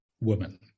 woman